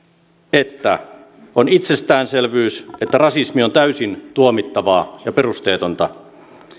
että on itsestäänselvyys että rasismi on täysin tuomittavaa ja perusteetonta